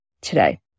today